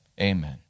amen